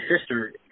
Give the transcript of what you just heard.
sister